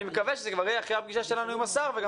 אני מקווה שזה כבר יהיה אחרי הפגישה שלנו עם השר וגם